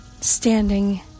Standing